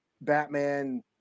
Batman